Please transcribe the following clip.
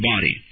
body